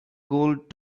gold